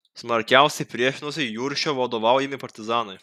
smarkiausiai priešinosi juršio vadovaujami partizanai